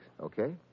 okay